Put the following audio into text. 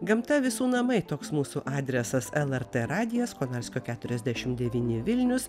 gamta visų namai toks mūsų adresas lrt radijas konarskio keturiasdešim devyni vilnius